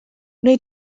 wnei